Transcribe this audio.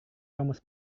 kamus